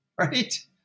right